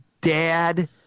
dad